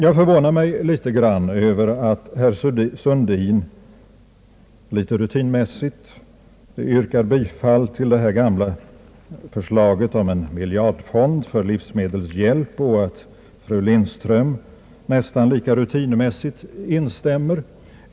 Jag förvånar mig en smula över att herr Sundin litet rutinmässigt yrkar bifall till det gamla förslaget om en miljardfond för livsmedelshjälp och att fru Lindström — nästan lika rutinmässigt — instämmer.